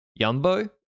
Yumbo